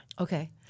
Okay